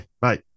Bye